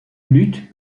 lutte